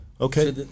Okay